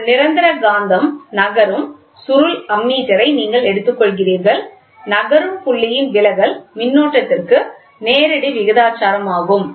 ஒரு நிரந்தர காந்தம் நகரும் சுருள் அம்மீட்டரை நீங்கள் எடுத்துக்கொள்கிறீர்கள் நகரும் புள்ளியின் விலகல் மின்னோட்டத்திற்கு நேரடி விகிதாசாரமாகும்